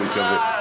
אני מקווה.